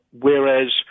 whereas